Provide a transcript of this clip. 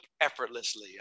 effortlessly